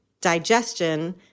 digestion